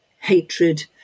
hatred